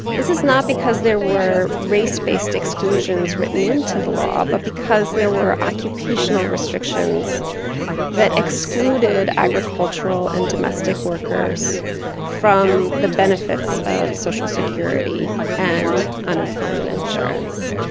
this is not because there were race-based exclusions written into the law, but because there were occupational restrictions that excluded agricultural and domestic workers from the benefits of social security and unemployment insurance.